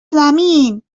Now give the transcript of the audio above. زمین